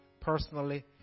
personally